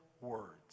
words